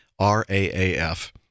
RAAF